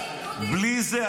בלי זה,